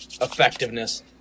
effectiveness